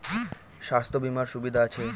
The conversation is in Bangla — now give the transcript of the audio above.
স্বাস্থ্য বিমার সুবিধা আছে?